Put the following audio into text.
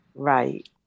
right